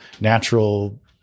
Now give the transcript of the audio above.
natural